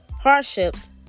hardships